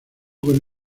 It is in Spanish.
con